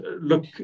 look